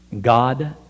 God